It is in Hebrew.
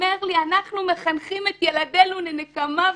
אומר לי שאנחנו מחנכים את ילדנו לנקמה ולשנאה.